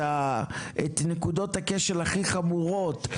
את נקודות הכשל הכי חמורות,